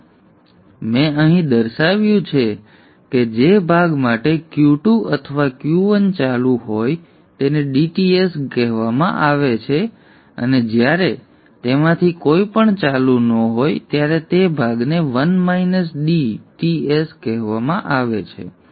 હવે મેં અહીં દર્શાવ્યું છે કે જે ભાગ માટે Q2 અથવા Q1 ચાલુ હોય તેને dTs કહેવામાં આવે છે અને જ્યારે તેમાંથી કોઈ પણ ચાલુ ન હોય ત્યારે તે ભાગને Ts કહેવામાં આવે છે